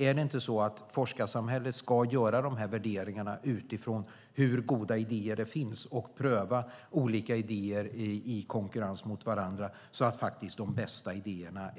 Ska inte forskarsamhället göra de här värderingarna utifrån hur goda idéer det finns och pröva olika idéer i konkurrens med varandra så att det är de bästa idéerna